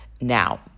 Now